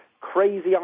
crazy